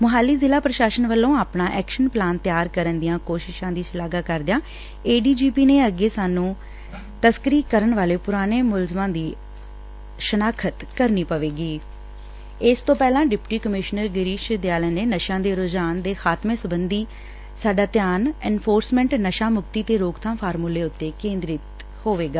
ਮੁਹਾਲੀ ਜ਼ਿਲ੍ਹਾ ਪ੍ਰਸ਼ਾਸਨ ਵੱਲੋ ਆਪਣਾ ਐਕਸ਼ਨ ਪਲਾਨ ਤਿਆਰ ਕਰਨ ਦੀਆਂ ਕੋਸ਼ਿਸਾਾ ਦੀ ਸ਼ਲਾਘਾ ਕਰਦਿਆਂ ਏਡੀਜੀਪੀ ਨੇ ਅੱਗੇ ਕਿਹਾ ਕਿ ਸਾਨੂੰ ਤਸਕਰੀ ਕਰਨ ਵਾਲੇ ਪੁਰਾਣੇ ਮੁਲਜ਼ਮਾਂ ਦੀ ਸ਼ਨਾਖ਼ਤ ਕਰਨੀ ਪਵੇਗੀ ਇਸ ਤੋਂ ਪਹਿਲਾਂ ਡਿਪਟੀ ਕਮਿਸ਼ਨਰ ਗਿਰੀਸ਼ ਦਿਆਲਨ ਨੇ ਨਸ਼ਿਆਂ ਦੇ ਰੁਝਾਨ ਦੇ ਖਾਤਮੇ ਸਬੰਧੀ ਦੱਸਿਆ ਕਿ ਸਾਡਾ ਧਿਆਨ ਐਨਫੋਰਸਮੈਂਟ ਨਸ਼ਾ ਮੁਕਤੀ ਤੇ ਰੋਕਬਾਮ ਫਾਰਮੂਲੇ ਉਤੇ ਕੇਂਦਰਤ ਹੋਵੇਗਾ